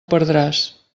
perdràs